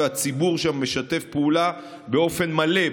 והציבור שם משתף פעולה באופן מלא.